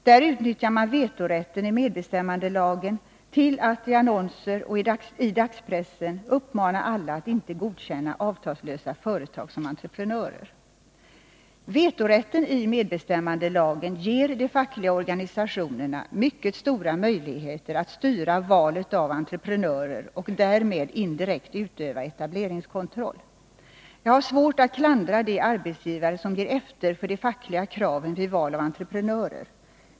Där utnyttjar man vetorätten i medbestämmandelagen till att i annonser i dagspressen uppmana alla att inte godkänna avtalslösa företag som entreprenörer. Vetorätten i medbestämmandelagen ger de fackliga organisationerna mycket stora möjligheter att styra valet av entreprenörer och därmed indirekt utöva etableringskontroll. Jag har svårt att klandra de arbetsgivare som ger efter för de fackliga kraven vid val av entreprenörer.